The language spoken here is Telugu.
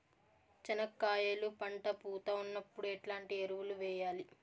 చెనక్కాయలు పంట పూత ఉన్నప్పుడు ఎట్లాంటి ఎరువులు వేయలి?